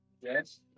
Yes